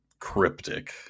cryptic